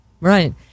right